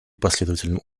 последовательным